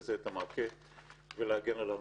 לזה אנחנו צריכים לשים את הגבול ולהגן על הקורבנות.